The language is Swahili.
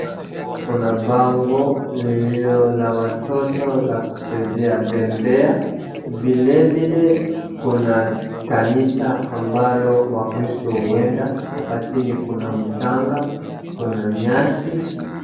Hapo kuna bango lililo la watoto la kuchezea bembea. Vilevile kuna kanisa ambalo wakristo huenda. Hapa chini kuna mchanga, kuna nyasi.